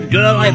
Girl